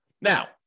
Now